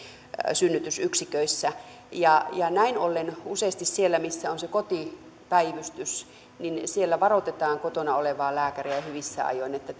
synnytysyksiköissä näin ollen useasti siellä missä on se kotipäivystys varoitetaan kotona olevaa lääkäriä jo hyvissä ajoin että